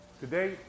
today